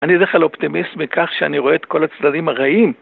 אני איזה אופטימיסט מכך שאני רואה את כל הצדדים הרעים